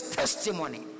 testimony